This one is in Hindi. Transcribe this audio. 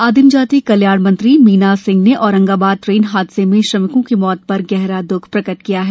आदिम जाति कल्याण मंत्री स्श्री मीना सिंह ने औरंगाबाद ट्रेन हादसे में श्रमिकों की मृत्य् पर गहरा द्रख प्रकट किया है